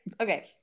Okay